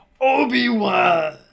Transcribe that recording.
Obi-Wan